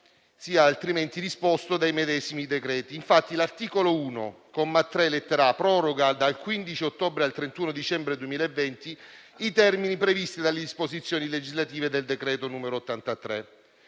sia altrimenti risposto dai medesimi decreti. Infatti, l'articolo 1, comma 3, lettera *a)*, proroga dal 15 ottobre al 31 dicembre 2020 i termini previsti dalle disposizioni legislative del decreto-legge n.